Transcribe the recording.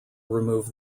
remove